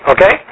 Okay